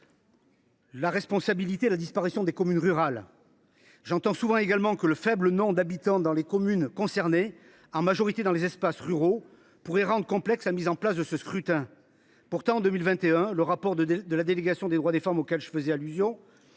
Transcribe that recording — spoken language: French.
une menace pour l’existence des communes rurales. J’entends souvent également que le faible nombre d’habitants dans les communes concernées, en majorité dans les espaces ruraux, pourrait rendre complexe la mise en place de ce scrutin. Pourtant, en 2021, le rapport de la délégation aux droits des femmes auquel je faisais allusion